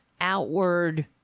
outward